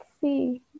see